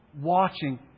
watching